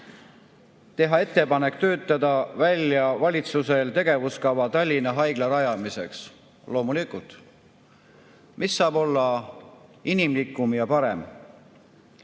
ettepanek töötada välja tegevuskava Tallinna Haigla rajamiseks. Loomulikult, mis saab olla inimlikum ja parem?